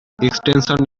extension